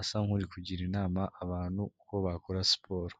asa nk'uri kugira inama abantu uko bakora siporo.